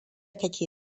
kake